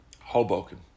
Hoboken